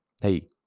Hey